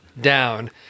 down